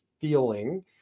feeling